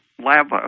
lava